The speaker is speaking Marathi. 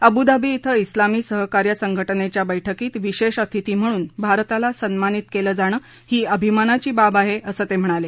अबुधाबी क्रि उलामी सहकार्य संघटनेच्या बैठकीत विशेष अतिथी म्हणून भारताला सन्मानित केलं जाणं ही अभिमानाची बाब आहे असं ते म्हणाले